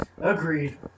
Agreed